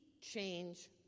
change